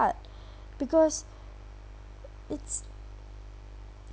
because it's